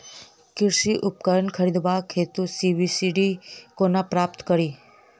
कृषि उपकरण खरीदबाक हेतु सब्सिडी कोना प्राप्त कड़ी?